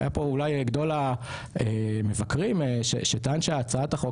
היה פה אולי גדול המבקרים שטען שהצעת החוק